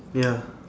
ya